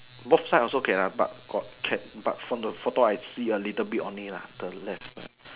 both side also can uh but got can but from the photo I see a little bit only lah the left side